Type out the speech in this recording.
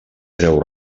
treu